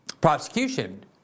prosecution